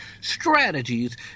strategies